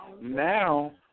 now